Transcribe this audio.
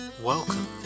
Welcome